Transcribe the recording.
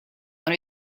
dans